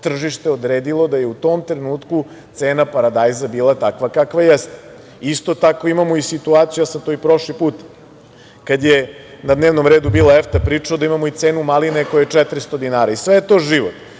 tržište odredilo da je u tom trenutku cena paradajza bila takva kakva jeste. Isto tako imamo i situaciju, ja sam to i prošli put kada je na dnevnom redu bila EFTA pričao da imamo i cenu maline koja je 400 dinara. Sve je to život.